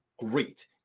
Great